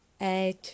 eight